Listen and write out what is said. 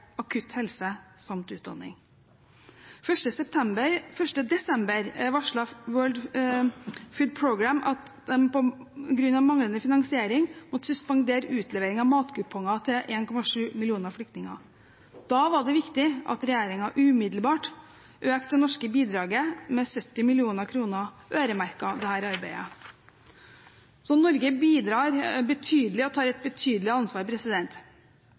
akutt helse samt utdanning. Den 1. desember varslet World Food Programme at de på grunn av manglende finansiering måtte suspendere utlevering av matkuponger til 1,7 millioner flyktninger. Da var det viktig at regjeringen umiddelbart økte det norske bidraget med 70 mill. kr, øremerket til dette arbeidet. Så Norge bidrar betydelig, og tar et betydelig ansvar.